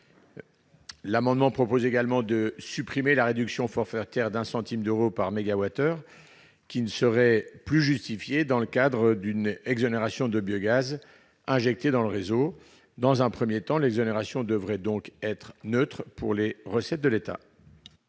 L'amendement tend également à supprimer la réduction forfaitaire de 1 centime d'euro par mégawattheure, qui ne serait plus justifiée, dans le cadre d'une exonération de TICGN pour le biogaz injecté dans le réseau. Dans un premier temps l'exonération devrait donc être neutre pour les recettes de l'État.